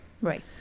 Right